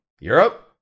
Europe